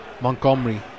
Montgomery